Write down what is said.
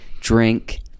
Drink